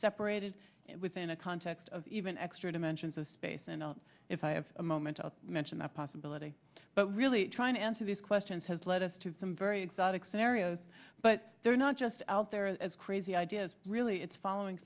separated within a context of even extra dimensions of space and if i have a moment i'll mention a possibility but really trying to answer these questions has led us to some very exotic scenarios but they're not just out there as crazy ideas really it's following